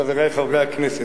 חברי חברי הכנסת,